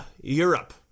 Europe